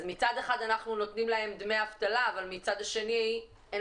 אז מצד אחד אנחנו נותנים להם דמי אבטלה אבל מהצד השני אין